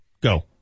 Go